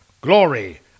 glory